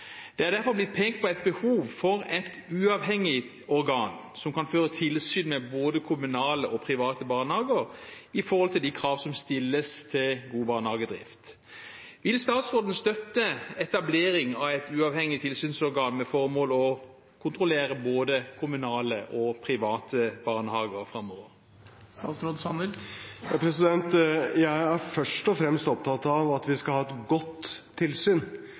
Det er derfor blitt pekt på behov for et uavhengig organ som kan føre tilsyn med både kommunale og private barnehager med hensyn til de krav som stilles til god barnehagedrift. Vil statsråden støtte etablering av et uavhengig tilsynsorgan med formål å kontrollere både kommunale og private barnehager framover? Jeg er først og fremst opptatt av at vi skal ha et godt tilsyn.